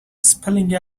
spelling